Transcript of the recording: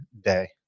day